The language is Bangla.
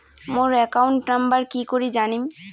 মোর একাউন্ট নাম্বারটা কি করি জানিম?